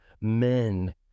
men